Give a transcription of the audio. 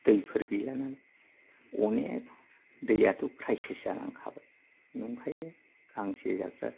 दैफोर गैला नालाय अनेक दैयाथ' क्रायचिज जालांखाबाय नंखायनो गांसो जाग्रा